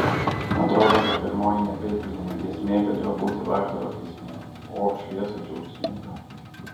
atrodo kad pirmoji nebiblinė giesmė galėjo būti vakaro giesmė o šviesa džiaugsminga